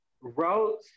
wrote